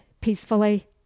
peacefully